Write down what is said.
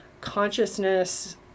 consciousness